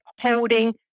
holding